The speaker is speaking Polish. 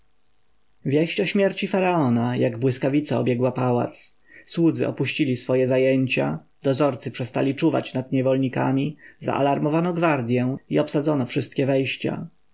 o śmierci faraona jak błyskawica obiegła pałac słudzy opuścili swoje zajęcia dozorcy przestali czuwać nad niewolnikami zaalarmowano gwardję i obsadzono wszystkie wejścia